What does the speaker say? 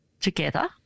together